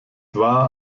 war